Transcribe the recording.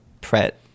pret